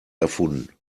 erfunden